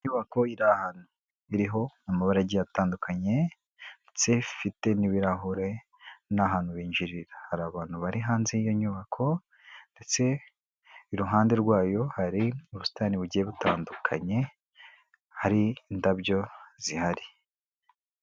Inyubako irahanu iriho amabara agiye atandukanye, ndetse ifite n'ibirahure n'ahantu binjirira ,hari abantu bari hanze yiyo nyubako ndetse iruhande rwayo hari ubusitani bugiye butandukanye hari indabyo zihari.